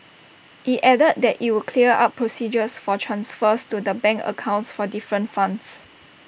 IT added that IT would clear up procedures for transfers to the bank accounts for different funds